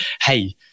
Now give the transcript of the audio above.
Hey